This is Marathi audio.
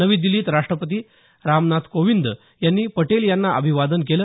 नवी दिल्लीत राष्ट्रपती रामनाथ कोविंद यांनी पटेल यांना अभिवादन केलं